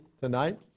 tonight